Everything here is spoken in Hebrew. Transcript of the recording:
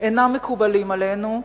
אינו מקובל עלינו,